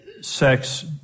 sex